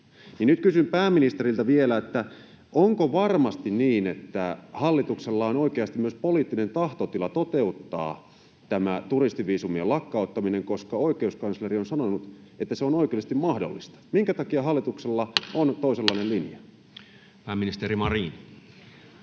Nyt kysyn pääministeriltä vielä: Onko varmasti niin, että hallituksella on oikeasti myös poliittinen tahtotila toteuttaa tämä turistiviisumien lakkauttaminen, koska oikeuskansleri on sanonut, että se on oikeudellisesti mahdollista? Minkä takia hallituksella on toisenlainen linja? [Speech 366]